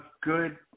good –